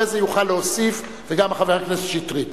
אחרי זה יוכל להוסיף, וגם חבר הכנסת שטרית.